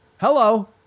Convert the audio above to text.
Hello